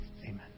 Amen